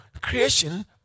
creation